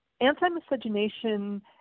anti-miscegenation